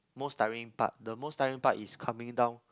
most tiring part the most tiring part is coming down